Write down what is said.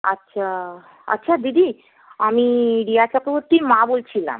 আচ্ছা আচ্ছা দিদি আমি রিয়া চক্রবর্তীর মা বলছিলাম